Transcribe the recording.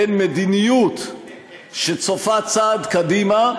בין מדיניות שצופה צעד קדימה,